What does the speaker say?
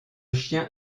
chien